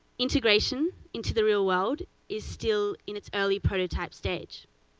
integration into the real world is still in its early prototype stage.